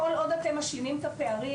כל עוד אתם משלימים את הפערים,